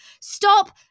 Stop